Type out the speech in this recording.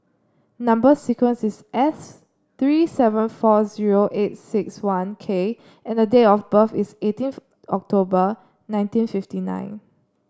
number sequence is S three seven four zero eight six one K and date of birth is eighteen October nineteen fifty nine